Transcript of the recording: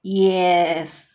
yes